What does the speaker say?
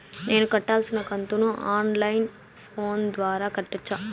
నేను కట్టాల్సిన కంతును ఆన్ లైను ఫోను ద్వారా కట్టొచ్చా?